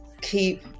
keep